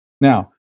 Now